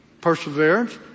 Perseverance